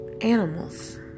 animals